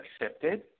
accepted